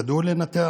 הם ידעו לנתח,